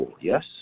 yes